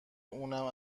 اونم